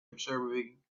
observing